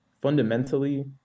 fundamentally